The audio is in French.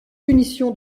punition